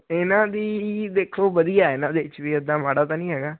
ਇਹਨਾਂ ਦੀ ਦੇਖੋ ਵਧੀਆ ਇਹਨਾਂ ਦੇ ਵਿੱਚ ਵੀ ਇਦਾਂ ਮਾੜਾ ਤਾਂ ਨਹੀਂ ਹੈਗਾ